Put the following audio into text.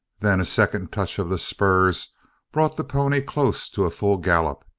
then a second touch of the spurs brought the pony close to a full gallop.